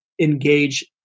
engage